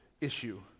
issue